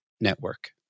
network